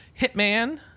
hitman